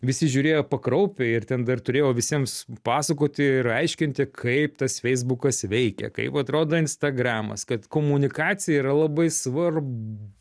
visi žiūrėjo pakraupę ir ten dar turėjau visiems pasakoti ir aiškinti kaip tas feisbukas veikia kaip atrodo instagramas kad komunikacija yra labai svarb